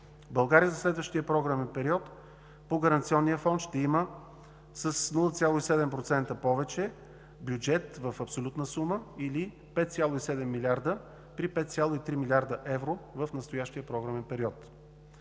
средните, за следващия програмен период по Гаранционния фонд България ще има с 0,7% повече бюджет в абсолютна сума, или 5,7 милиарда при 5,3 млрд. евро в настоящия програмен период.